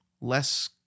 less